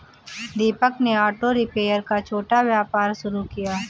दीपक ने auto repair का छोटा व्यापार शुरू किया